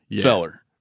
feller